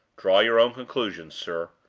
draw your own conclusions, sir.